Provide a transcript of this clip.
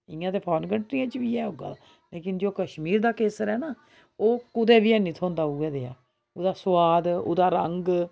इ'यां ते फारन कंट्रियें च बी ऐ उग्गा दा लेकिन जो कश्मीर दा केसर ऐ न ओह् कुदै बी हैनी थ्होंदा उयै जेहा ओह्दा सुआद ओह्दा रंग